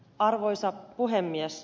arvoisa puhemies